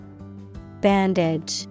Bandage